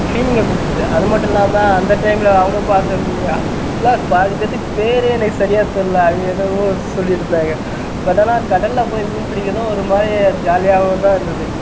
ஃபீலிங்கை கொடுத்தது அது மட்டும் இல்லாமல் அந்த டைமில் அவங்க பார்த்த மீன் அதுக்கெல்லாம் பாதி பேர்த்துக்கு பேரே எனக்கு சரியாக தெரில அவங்க என்னமோ சொல்லிகிட்ருந்தாங்க பட் ஆனால் கடலில் போய் மீன் பிடிக்கிறதும் ஒரு மாதிரி ஜாலியாகவும் தான் இருந்தது